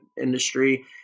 industry